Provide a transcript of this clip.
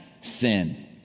sin